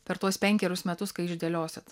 per tuos penkerius metus kai išdėliosit